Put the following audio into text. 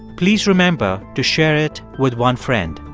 please remember to share it with one friend.